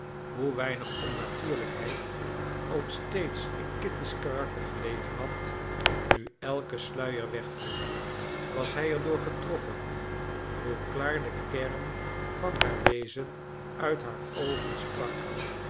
hoe weinig onnatuurlijkheid ook steeds in kitty's karakter gelegen had nu elke sluier wegviel was hij er door getroffen hoe klaar de kern van haar wezen uit haar oogen sprak